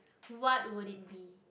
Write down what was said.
what would it be